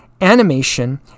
animation